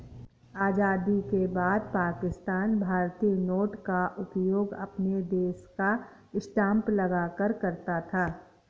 आजादी के बाद पाकिस्तान भारतीय नोट का उपयोग अपने देश का स्टांप लगाकर करता था